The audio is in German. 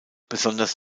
besonders